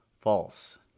False